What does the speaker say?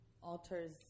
alters